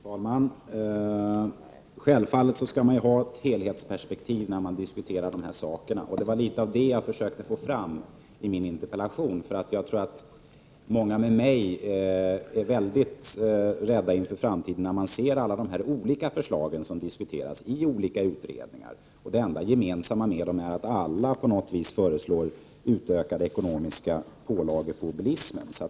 Fru talman! Självfallet skall man ha ett helhetsperspektiv när man diskuterar de här frågorna. Det var det jag försökte åstadkomma genom min interpellation. Jag tror att många med mig blir oroade inför framtiden när de ser alla de olika förslag som diskuteras i olika utredningar. Det enda gemensamma för dem är att alla på något sätt föreslår utökade ekonomiska pålagor på bilismen.